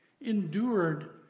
Endured